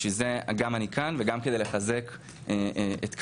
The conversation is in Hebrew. בשביל זה אני כאן וגם כדי לחזק את קלמ"ה.